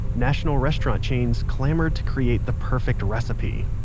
national restaurant chains clamored to create the perfect recipe.